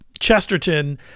chesterton